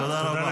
תודה רבה.